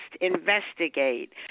investigate